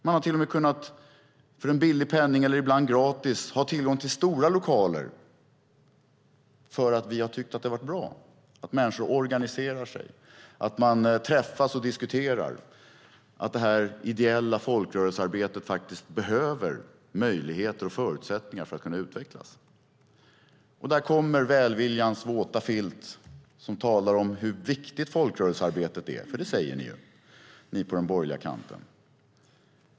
Man har till och med för en billig penning eller ibland gratis kunnat ha tillgång till stora lokaler, för vi har tyckt att det har varit bra att människor organiserar sig, träffas och diskuterar, att det ideella folkrörelsearbetet behöver möjligheter och förutsättningar för att kunna utvecklas. Då kommer välviljans våta filt, där man talar om hur viktigt folkrörelsearbetet är. Det säger ni ju på den borgerliga kanten.